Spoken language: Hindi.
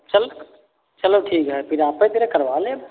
चलो चलो ठीक है फिर आते है फिर करवा लेंगे